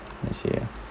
I see yeah